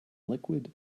liquid